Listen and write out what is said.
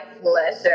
pleasure